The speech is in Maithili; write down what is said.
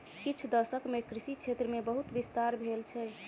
किछ दशक मे कृषि क्षेत्र मे बहुत विस्तार भेल छै